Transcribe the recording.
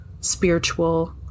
spiritual